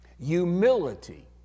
Humility